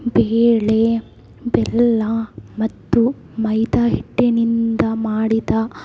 ಬೇಳೆ ಬೆಲ್ಲ ಮತ್ತು ಮೈದಾ ಹಿಟ್ಟಿನಿಂದ ಮಾಡಿದ